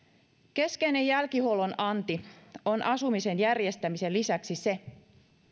keskeinen jälkihuollon anti on asumisen järjestämisen lisäksi se